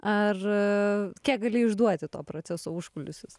ar kiek gali išduoti to proceso užkulisius